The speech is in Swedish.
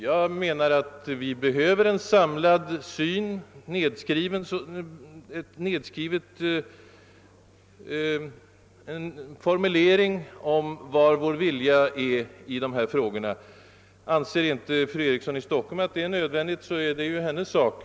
Jag menar att vi behöver en samlande och enkel formulering av vad vi vill i dessa frågor. Anser inte fru Eriksson i Stockholm att det är nödvändigt, är det hennes ensak.